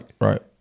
right